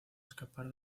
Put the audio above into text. escapar